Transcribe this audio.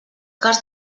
cas